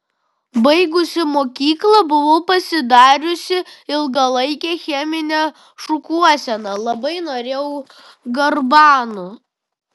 baigusi mokyklą buvau pasidariusi ilgalaikę cheminę šukuoseną labai norėjau garbanų